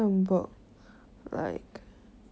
I think I everyday need to eat grass already